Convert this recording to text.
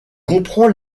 comprend